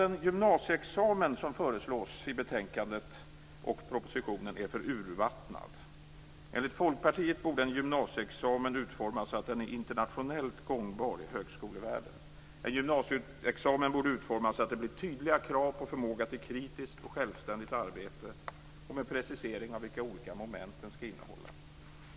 Den gymnasieexamen som nu föreslås i betänkandet och i propositionen är alldeles för urvattnad. Enligt Folkpartiet borde en gymnasieexamen utformas så, att den är internationellt gångbar i högskolevärlden. En gymnasieexamen borde utformas så, att det blir tydliga krav på förmåga till kritiskt och självständigt arbete och med precisering av vilka olika moment som den skall innehålla.